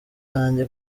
zanjye